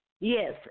Yes